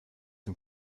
dem